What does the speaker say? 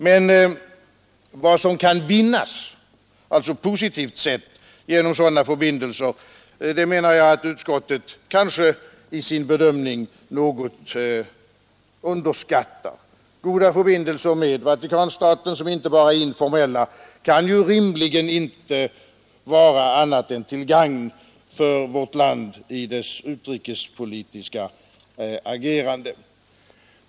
Men vad som kan vinnas, positivt sett, genom sådana förbindelser menar jag att utskottet i sin bedömning underskattar. Goda förbindelser med Vatikanstaten som inte bara är informella kan inte rimligen vara annat än till gagn för vårt land i dess utrikespolitiska agerande.